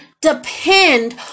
depend